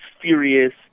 furious